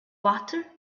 butter